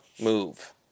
move